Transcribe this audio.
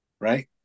Right